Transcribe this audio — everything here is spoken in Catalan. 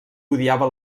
odiava